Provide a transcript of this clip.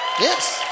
Yes